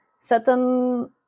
certain